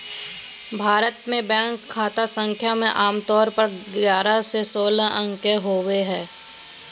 भारत मे बैंक खाता संख्या मे आमतौर पर ग्यारह से सोलह अंक के होबो हय